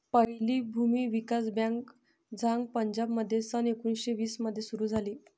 पहिली भूमी विकास बँक झांग पंजाबमध्ये सन एकोणीसशे वीस मध्ये सुरू झाली